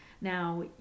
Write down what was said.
Now